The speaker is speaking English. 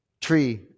Tree